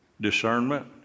discernment